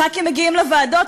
חברי כנסת מגיעים לוועדות,